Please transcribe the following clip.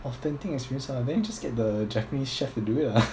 authentic experience ah then you just get the japanese chef to do it ah